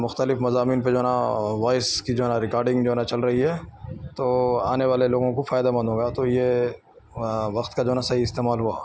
مختلف مضامین پہ جو ہے نا وائس کی جو ہے نا ریکارڈنگ جو ہے نا چل رہی ہے تو آنے والے لوگوں کو فائدہ مند ہوگا تو یہ وقت کا جو ہے نا صحیح استعمال ہوا